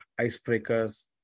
icebreakers